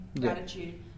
gratitude